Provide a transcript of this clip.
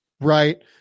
Right